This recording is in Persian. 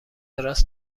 راست